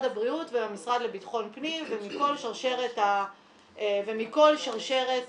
הבריאות ומהמשרד לביטחון פנים ומכל שרשרת